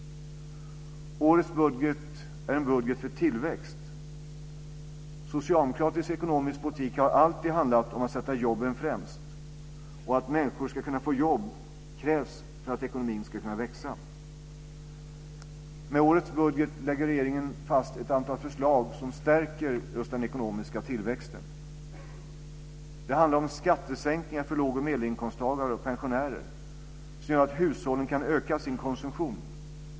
Årets budget är en budget för tillväxt. Socialdemokratisk ekonomisk politik har alltid handlat om att sätta jobben främst. Att människor ska kunna få jobb krävs för att ekonomin ska kunna växa. Med årets budget lägger regeringen fast ett antal förslag som stärker den ekonomiska tillväxten. Det handlar om skattesänkningar för låg och medelinkomsttagare och pensionärer som gör att hushållen kan öka sin konsumtion.